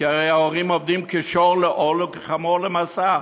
כי הרי ההורים עובדים כשור לעול וכחמור למשא,